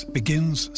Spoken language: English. begins